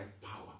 power